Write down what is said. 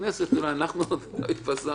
הכנסת אולי, אנחנו עוד לא התפזרנו.